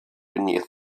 beneath